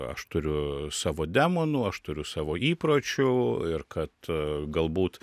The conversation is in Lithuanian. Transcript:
aš turiu savo demonų aš turiu savo įpročių ir kad galbūt